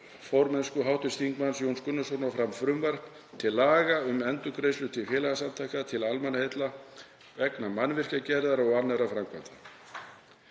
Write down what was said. formennsku hv. þm. Jóns Gunnarssonar fram frumvarp til laga um endurgreiðslu til félagasamtaka til almannaheilla vegna mannvirkjagerðar og annarra framkvæmda.